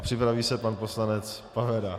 Připraví se pan poslanec Pavera.